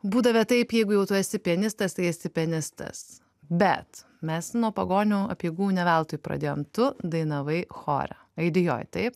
būdavę taip jeigu jau tu esi pianistas tai esi pianistas bet mes nuo pagonių apeigų ne veltui pradėjom tu dainavai chore aidijoj taip